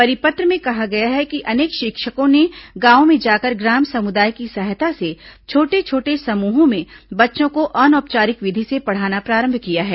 परिपत्र में कहा गया है कि अनेक शिक्षकों ने गांवों में जाकर ग्राम समुदाय की सहायता से छोटे छोटे समुहों में बच्चों को अनौपचारिक विधि से पढ़ाना प्रारंभ किया है